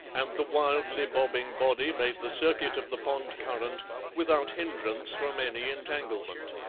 and the wildly bobbing body made the circuit of the pond current without hindrance from any entanglement.